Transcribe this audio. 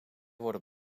worden